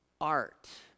art